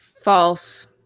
False